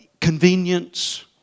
convenience